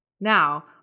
Now